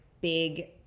big